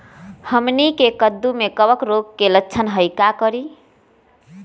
हमनी के कददु में कवक रोग के लक्षण हई का करी?